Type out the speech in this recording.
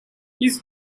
his